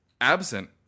absent